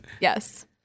Yes